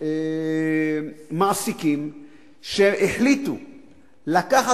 מעסיקים שהחליטו לקחת,